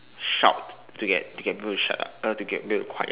shout to get to get people to shut up uh to get people to quiet